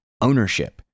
ownership